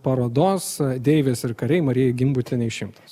parodos deivės ir kariai marijai gimbutienei šimtas